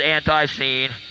Anti-Scene